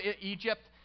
Egypt